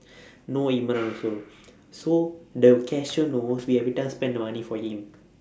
know imran also so the cashier knows we every time spend the money for him